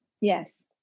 Yes